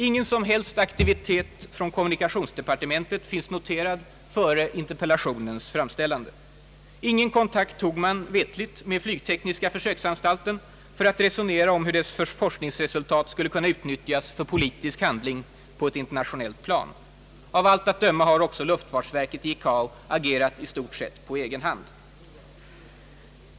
Ingen som helst aktivitet från kommunikationsdepartementet finns noterad före interpellationens framställande. Ingen kontakt tog man mig veterligt med flygtekniska försöksanstalten för att resonera om hur dess forskningsresultat skulle kunna utnyttjas för politisk handling på ett internationellt plan. Av allt att döma har också luftfartsverket agerat i ICAO i stort sett på egen hand.